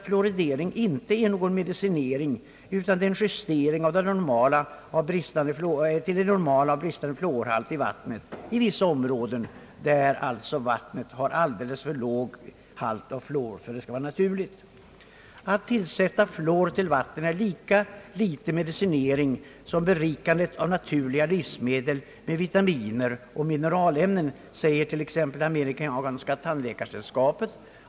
Fluoridering är inte någon medicinering utan en justering till det normala vid bristande fluorhalt i vattnet i områden där vattnet har alldeles för låg halt av fluor. Att tillsätta fluor till vattnet är lika litet medicinering som berikandet av naturliga livsmedel med vitaminer och mineralämnen, säger t.ex. amerikanska tandläkarsällskapet.